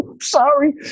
Sorry